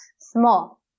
small